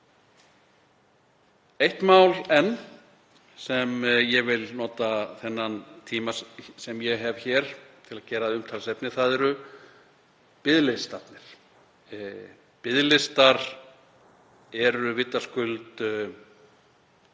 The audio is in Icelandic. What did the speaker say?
Eitt mál enn sem ég vil nota þann tíma sem ég hef hér til að gera að umtalsefni eru biðlistarnir. Biðlistar eru vitaskuld